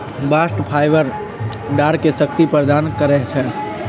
bast fibre डांरके शक्ति प्रदान करइ छै